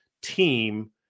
team